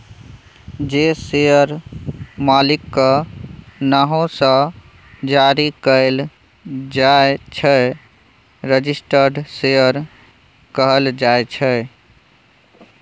जे शेयर मालिकक नाओ सँ जारी कएल जाइ छै रजिस्टर्ड शेयर कहल जाइ छै